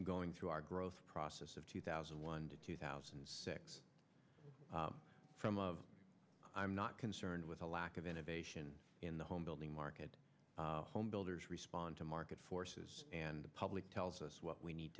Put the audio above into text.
were going through our growth process of two thousand and one to two thousand and six from of i'm not concerned with a lack of innovation in the homebuilding market homebuilders respond to market forces and the public tells us what we need